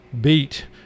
beat